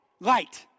light